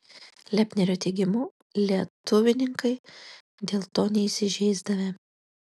lepnerio teigimu lietuvininkai dėl to neįsižeisdavę